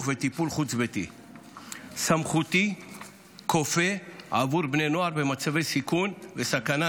וטיפול חוץ-ביתי סמכותי כופה בעבור בני נוער במצבי סיכון וסכנה,